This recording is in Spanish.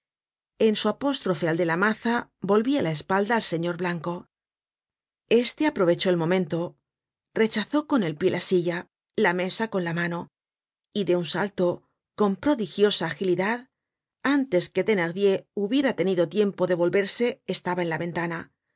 en su apostrofe al de la maza volvia la espalda al señor blanco este aprovechó el momento rechazó con el pie la silla la mesa con la mano y de un salto con prodigiosa agilidad antes que thenardier hubiera tenido tiempo de volverse estaba en la ventana